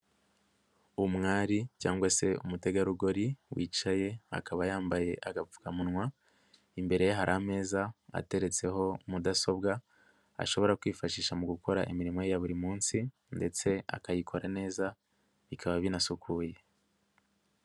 Umwari cyangwa se umutegarugori wicaye akaba yambaye agapfukamunwa, imbere ye hari ameza ateretseho mudasobwa ashobora kwifashisha mu gukora imirimo ye ya buri munsi ndetse akayikora neza, bikaba binasukuye.